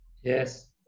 Yes